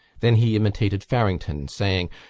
then he imitated farrington, saying,